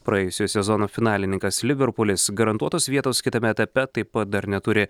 praėjusio sezono finalininkas liverpulis garantuotos vietos kitame etape taip pat dar neturi